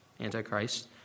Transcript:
Antichrist